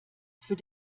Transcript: für